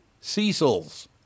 Cecil's